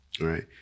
Right